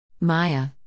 Maya